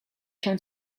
się